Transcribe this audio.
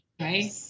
right